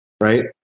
right